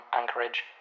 Anchorage